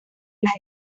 las